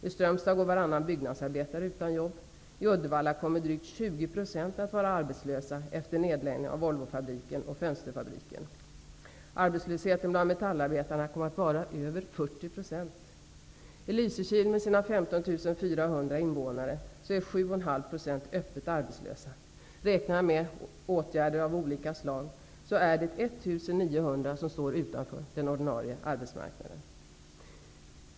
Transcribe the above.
I Strömstad går varannan byggnadsarbetare utan jobb. I Uddevalla kommer drygt 20 % att vara arbetslösa efter nedläggningen av Volvofabriken och fönsterfabriken. Arbetslösheten bland metallarbetarna kommer att vara över 40 %. I Lysekil, med sina 15 400 invånare, är 7,5 % öppet arbetslösa. Räknar man åtgärder av olika slag, är det 1 900 personer som står utanför den ordinarie arbetsmarknaden.